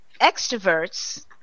extroverts